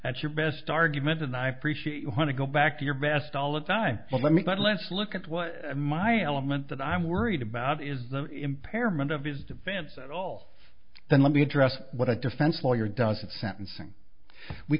at your best argument and i appreciate your want to go back to your best all the time but let me but let's look at what my element that i'm worried about is the impairment of his defense at all then let me address what a defense lawyer does a sentencing we